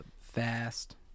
FAST